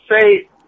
say